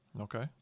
Okay